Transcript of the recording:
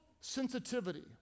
sensitivity